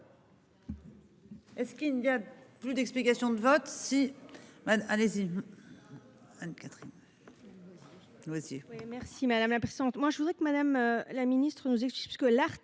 Et ce qu'il n'y a plus d'explications de vote